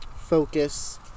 focus